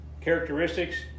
Characteristics